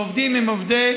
העובדים הם עובדי